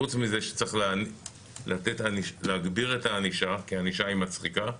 חוץ מזה שצריך להגביר את הענישה כי הענישה היא מצחיקה,